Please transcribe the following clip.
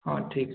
हँ ठीक